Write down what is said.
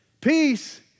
Peace